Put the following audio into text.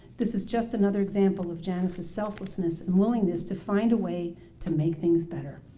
this is just another example of janice's selflessness willingness to find a way to make things better.